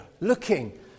looking